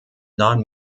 non